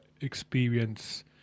experience